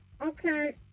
Okay